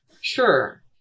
Sure